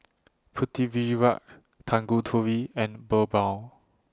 Pritiviraj Tanguturi and Birbal